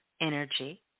energy